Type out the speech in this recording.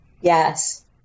Yes